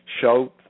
show